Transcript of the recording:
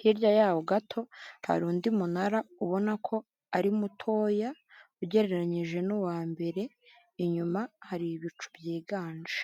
hirya yaho gato hari undi munara ubona ko ari mutoya ugereranyije n'uwa mbere inyuma hari ibicu byiganje.